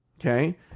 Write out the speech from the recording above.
Okay